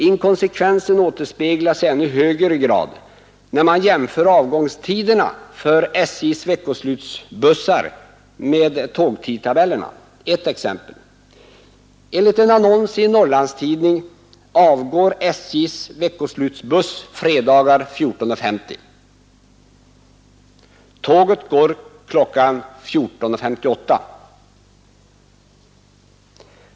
Inkonsekvensen återspeglas i ännu högre grad när man jämför Nr 146 avgångstiderna för SJ:s veckoslutsbussar med tågtidtabellerna. Ett exem 5 i ä FRA . Måndagen den pel: Enligt en annons i en Norrlandstidning avgår SJ:s veckoslutsbuss fredagar kl. 14.50. Tåget går kl. 14.58.